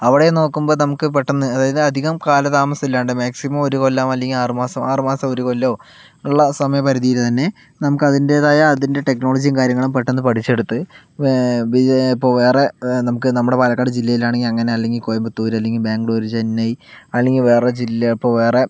അവിടെ നോക്കുമ്പോൾ നമുക്ക് പെട്ടെന്ന് അതായത് അധികം കാലതാമസം ഇല്ലാതെ മാക്സിമം ഒരു കൊല്ലം അല്ലെങ്കിൽ ആറുമാസം ആറുമാസമോ ഒരു കൊല്ലമോ ഉള്ള സമയ പരിധിയിൽ തന്നെ നമുക്കതിന്റേതായ അതിൻ്റെ ടെക്നോളജിയും കാര്യങ്ങളും പെട്ടെന്നു പഠിച്ചെടുത്ത് വേ ബി എ ഇപ്പോൾ വേറെ നമുക്ക് നമ്മുടെ പാലക്കാട് ജില്ലയിൽ ആണെങ്കിൽ അങ്ങനെ അല്ലെങ്കിൽ കോയമ്പത്തൂർ അല്ലെങ്കിൽ ബാംഗ്ലൂർ ചെന്നൈ അല്ലെങ്കിൽ വേറെ ജില്ല ഇപ്പോൾ വേറെ